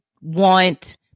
want